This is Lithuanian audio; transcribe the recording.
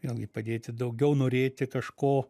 vėlgi padėti daugiau norėti kažko